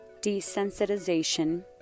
desensitization